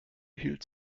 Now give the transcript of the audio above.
hielt